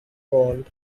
called